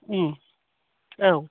औ